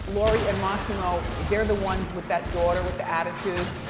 lori and mossimo, they're the ones with that daughter with the attitude,